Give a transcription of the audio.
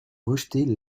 rejetaient